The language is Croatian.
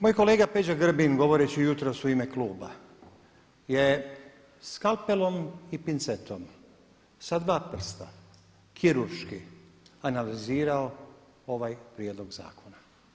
Moj kolega Peđa Grbin govoreći jutros u ime kluba je skalpelom i pincetom sa dva prsta, kirurški analizirao ovaj prijedlog zakona.